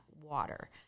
water